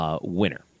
winner